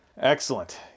Excellent